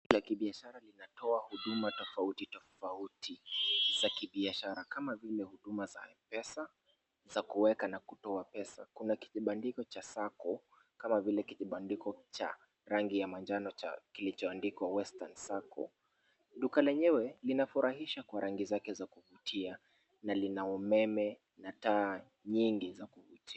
Duka la kibiashara linatoa huduma tofauti tofauti za kibiashara kama vile huduma za M-Pesa, za kuweka na kutoa pesa. Kuna kijibandiko cha sacco kama vile kijibandiko cha rangi ya manjano kilichoandikwa Western Sacco. Duka lenyewe, linafurahisha kwa rangi zake za kuvutia na lina umeme na taa nyingi za kuvutia.